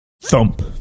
Thump